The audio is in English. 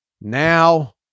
Now